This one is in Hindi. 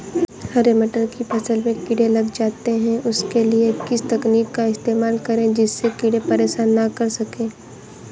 हरे मटर की फसल में कीड़े लग जाते हैं उसके लिए किस तकनीक का इस्तेमाल करें जिससे कीड़े परेशान ना कर सके?